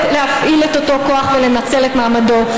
להפעיל את אותו כוח ולנצל את מעמדו,